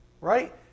Right